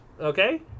Okay